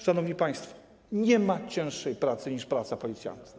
Szanowni państwo, nie ma cięższej pracy niż praca policjanta.